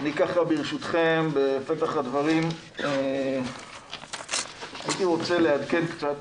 ברשותכם בפתח הדברים הייתי רוצה לעדכן קצת,